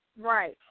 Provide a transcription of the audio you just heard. Right